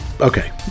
Okay